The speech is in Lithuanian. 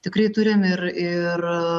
tikrai turim ir ir